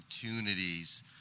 opportunities